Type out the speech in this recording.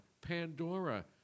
Pandora